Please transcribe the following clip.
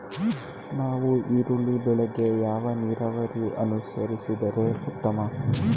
ನಾವು ಈರುಳ್ಳಿ ಬೆಳೆಗೆ ಯಾವ ನೀರಾವರಿ ಅನುಸರಿಸಿದರೆ ಉತ್ತಮ?